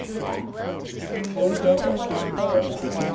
yeah but you still wouldn't want to eat those.